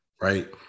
Right